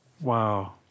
Wow